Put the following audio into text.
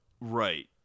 Right